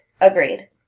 agreed